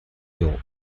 york